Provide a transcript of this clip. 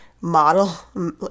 model